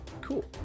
cool